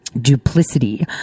duplicity